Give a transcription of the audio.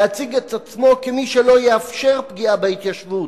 להציג את עצמו כמי שלא יאפשר פגיעה בהתיישבות,